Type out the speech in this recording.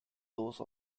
those